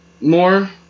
more